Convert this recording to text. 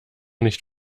nicht